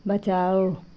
बचाओ